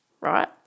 Right